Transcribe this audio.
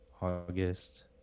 August